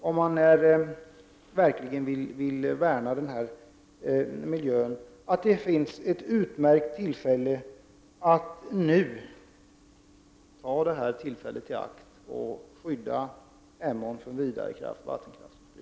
Om man verkligen vill värna miljön är detta ett utmärkt tillfälle att skydda Emån från vidare vattenkraftsutbyggnad.